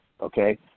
okay